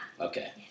Okay